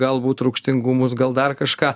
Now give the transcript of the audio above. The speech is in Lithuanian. galbūt rūgštingumas gal dar kažką